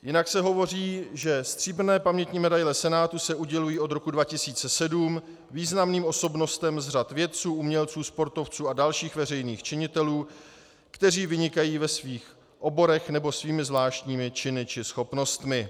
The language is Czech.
Jinak se hovoří, že stříbrné pamětní medaile Senátu se udělují od roku 2007 významným osobnostem z řad vědců, umělců, sportovců a dalších veřejných činitelů, kteří vynikají ve svých oborech nebo svými zvláštními činy či schopnostmi.